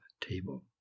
table